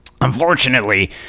Unfortunately